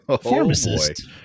pharmacist